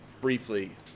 Briefly